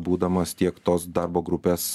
būdamas tiek tos darbo grupės